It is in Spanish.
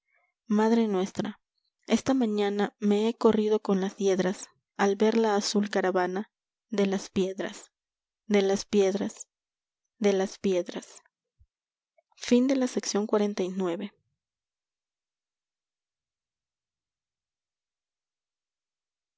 madre nuestra esta mañana me he corrido con las hiedras al ver la azul caravana de laspiedras de las piedras de las piedras